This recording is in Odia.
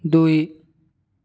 ଦୁଇ